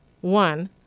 One